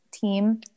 team